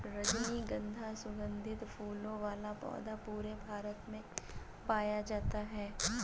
रजनीगन्धा सुगन्धित फूलों वाला पौधा पूरे भारत में पाया जाता है